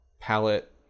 palette